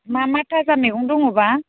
मा मा थाजा मैगं दङबा